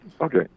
Okay